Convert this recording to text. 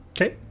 Okay